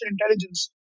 intelligence